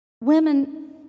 Women